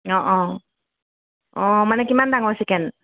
অ' অ' অ' মানে কিমান ডাঙৰ চিকেন